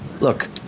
Look